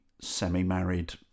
semi-married